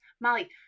molly